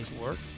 work